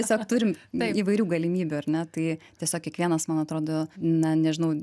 tiesiog turim įvairių galimybių ar ne tai tiesiog kiekvienas man atrodo na nežinau